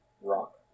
rock